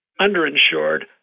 underinsured